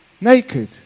naked